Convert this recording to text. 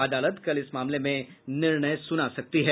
अदालत कल इस मामले में निर्णय सुना सकती है